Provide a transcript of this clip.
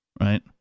Right